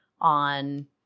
on